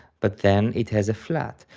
but then it has a flat,